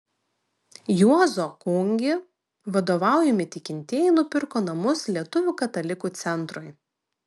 juozo kungi vadovaujami tikintieji nupirko namus lietuvių katalikų centrui